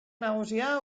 nagusia